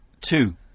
two